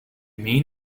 mean